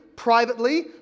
privately